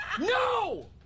no